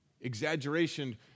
exaggeration